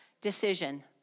decision